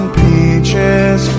peaches